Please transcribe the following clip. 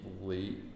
late